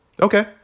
okay